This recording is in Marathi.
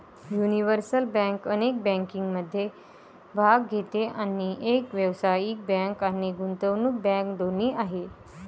युनिव्हर्सल बँक अनेक बँकिंगमध्ये भाग घेते आणि एक व्यावसायिक बँक आणि गुंतवणूक बँक दोन्ही आहे